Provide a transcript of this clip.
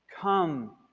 come